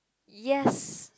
yes